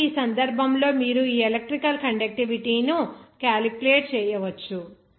కాబట్టి ఈ సందర్భంలో మీరు ఈ ఎలక్ట్రికల్ కండక్టివిటీ ను క్యాలిక్యులేట్ చేయవచ్చు